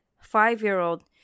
five-year-old